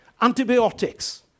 Antibiotics